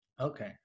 Okay